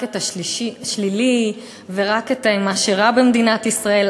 את השלילי ורק את מה שרע במדינת ישראל.